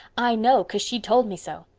i know, cause she told me so.